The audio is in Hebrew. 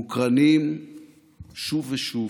מוקרנים שוב ושוב